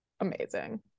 amazing